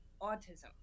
autism